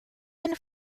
and